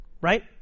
right